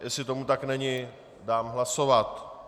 Jestli tomu tak není, dám hlasovat.